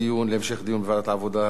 והיא חוזרת להמשך דיון בוועדת העבודה,